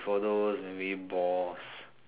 for those maybe boss